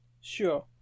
Sure